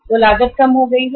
वह लागत कम हो गई है